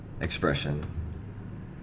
expression